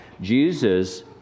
jesus